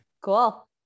Cool